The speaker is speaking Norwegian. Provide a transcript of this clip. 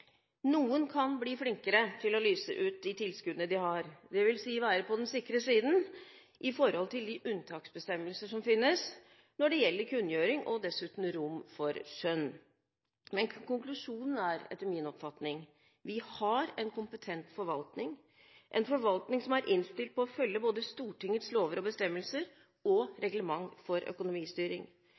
Noen kan bli flinkere til å lyse ut de tilskuddene de har, dvs. være på den sikre siden når det gjelder de unntaksbestemmelser som finnes for kunngjøring, og dessuten ha rom for skjønn. Konklusjonen er, etter min oppfatning, at vi har en kompetent forvaltning, en forvaltning som er innstilt på å følge både Stortingets lover og bestemmelser og reglement for økonomistyring.